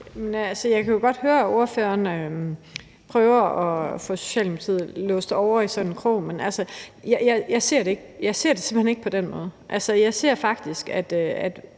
Jeg kan jo godt høre, at ordføreren prøver at få Socialdemokratiet låst over i sådan en krog, men jeg ser det simpelt hen ikke på den måde. Jeg ser faktisk, at